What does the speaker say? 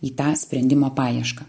į tą sprendimo paiešką